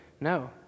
No